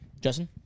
Justin